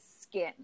skin